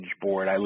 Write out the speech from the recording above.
board